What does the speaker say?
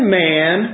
man